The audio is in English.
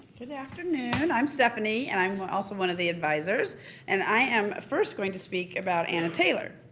good afternoon, i'm stephanie and i'm also one of the advisors and i am first going to speak about anna taylor.